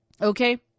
okay